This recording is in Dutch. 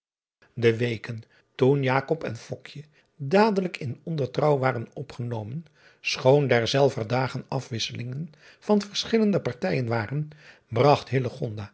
e weken toen en dadelijk in ondertrouw waren opgenomen schoon derzelver dagen afwisselingen van verschillende partijen waren bragt